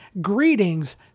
Greetings